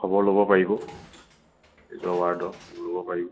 খবৰ ল'ব পাৰিব নিজৰ ল'ব পাৰি